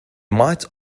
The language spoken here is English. might